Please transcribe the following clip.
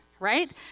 right